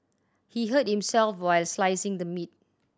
he hurt himself while slicing the meat